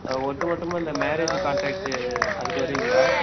ஒட்டு மொத்தமாக இந்த மேரேஜு காண்ட்ரெக்ட்டு அதுக்கு வருவீங்களா